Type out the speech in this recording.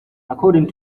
according